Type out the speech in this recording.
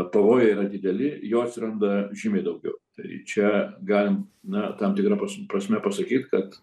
pavojai yra dideli jo atsiranda žymiai daugiau tai čia galim na tam tikra prasme pasakyt kad